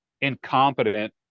incompetent